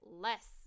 less